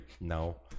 No